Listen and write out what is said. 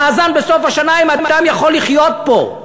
המאזן בסוף השנה: אם אדם יכול לחיות פה.